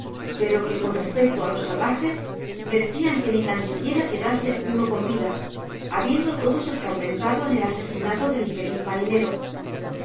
pero que con respecto á los salvajes merecian que ni tan siquiera quedase uno con vida habiendo todos escarmentado en el asesinato del infeliz marinero a